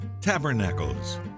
Tabernacles